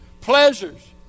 Pleasures